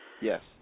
Yes